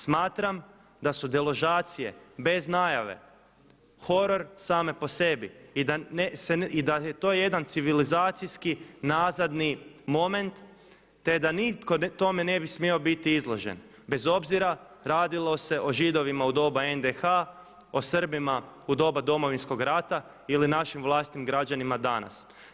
Smatram da su deložacije bez najave horor same po sebi i da je to jedan civilizacijski nazadni moment te da nitko tome ne bi smio biti izložen bez obzira radilo se o Židovima u doba NDH, o Srbima u doba Domovinskog rata ili našim vlastitim građanima danas.